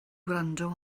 gwrando